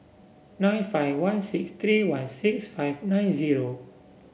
nine five one six three one six five nine zero